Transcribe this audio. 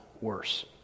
worse